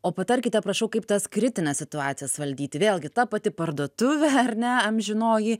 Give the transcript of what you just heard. o patarkite prašau kaip tas kritines situacijas valdyti vėlgi ta pati parduotuvė ar ne amžinoji